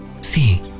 See